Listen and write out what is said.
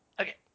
Okay